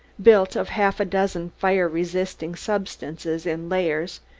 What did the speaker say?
built of half a dozen fire-resisting substances in layers,